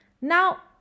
Now